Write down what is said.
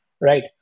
Right